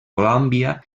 colòmbia